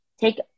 take